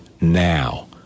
now